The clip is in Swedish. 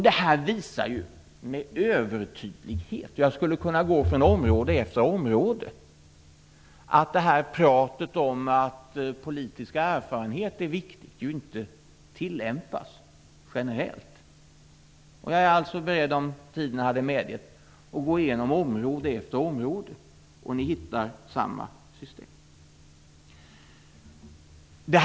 Det har tidigare funnits något fall. Det här visar ju med övertydlighet att pratet om att politisk erfarenhet är viktig inte tillämpas generellt. Om tiden hade medgett det skulle jag ha varit beredd att gå igenom område efter område för att visa att samma system finns där.